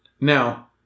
Now